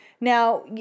Now